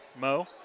Mo